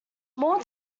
moore